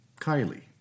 Kylie